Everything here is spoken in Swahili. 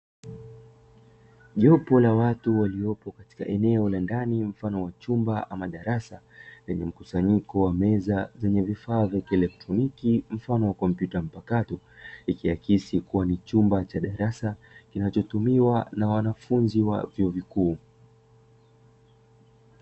Jopo la watu waliopo katika eneo la ndani mfano wa chumba ama darasa, lenye mkusanyiko wa meza zenye vifaa vya kielektroniki mfano wa kimataifa, ikiakisi kuwa ni chumba cha darasa kinachotumika na wanafunzi wa vyuo vikuu.